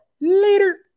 Later